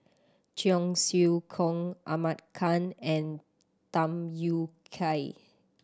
Cheong Siew Keong Ahmad Khan and Tham Yui Kai